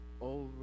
over